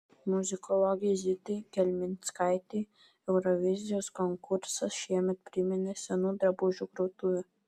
muzikologei zitai kelmickaitei eurovizijos konkursas šiemet priminė senų drabužių krautuvę